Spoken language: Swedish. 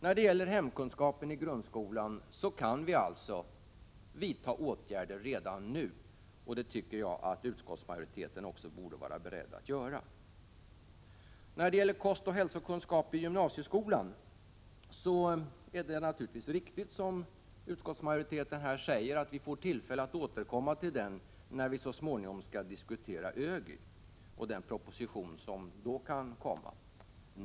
Beträffande hemkunskapen i grundskolan kan vi således vidta åtgärder redan nu, och det tycker jag att utskottsmajoriteten också borde vara beredd att göra. När det gäller kostoch hälsokunskap i gymnasieskolan är det naturligtvis riktigt, som utskottsmajoritetens företrädare här säger, att vi får tillfälle att återkomma till den frågan när vi så småningom skall diskutera ÖGY:s förslag och den proposition som därefter kan komma.